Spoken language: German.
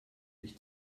ich